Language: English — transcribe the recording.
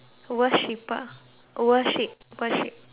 worship worship